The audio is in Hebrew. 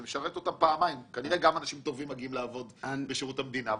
זה משרת אותם פעמיים: גם אנשים טובים מגיעים לעבוד בשירות המדינה,